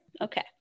Okay